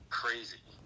crazy